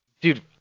Dude